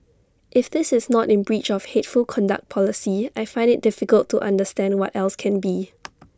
if this is not in breach of hateful conduct policy I find IT difficult to understand what else can be